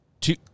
Two